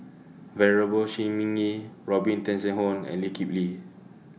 Venerable Shi Ming Yi Robin Tessensohn and Lee Kip Lee